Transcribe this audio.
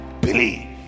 believe